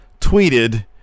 tweeted